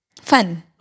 fun